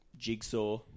Jigsaw